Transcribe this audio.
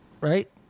Right